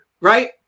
right